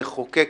המחוקק,